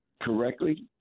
correctly